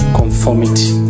conformity